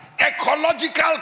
ecological